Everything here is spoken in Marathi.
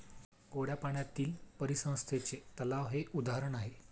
गोड्या पाण्यातील परिसंस्थेचे तलाव हे उदाहरण आहे